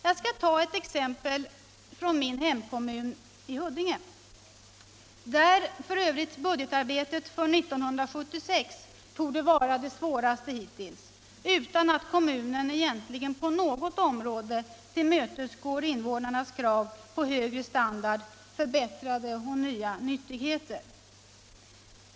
Jag skall ta ett exempel från min hemkommun Huddinge, där f. ö. budgetarbetet för 1976 torde vara det svåraste hittills utan att kommunen egentligen på något område tillmötesgår invånarnas krav på högre standard, förbättrade och nya nyttigheter.